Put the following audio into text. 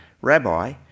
Rabbi